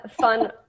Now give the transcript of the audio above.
fun